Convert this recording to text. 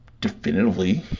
definitively